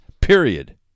period